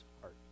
heart